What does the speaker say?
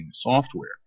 software